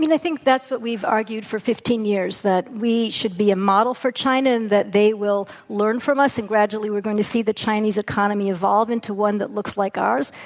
mean, i think that's what we've argued for fifteen years that we should be a model for china, and that they will learn from us and gradually we're going to see the chinese economy evolve into one that looks like ours.